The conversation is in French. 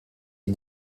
ils